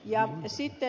ja sitten